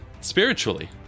spiritually